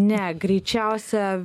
ne greičiausia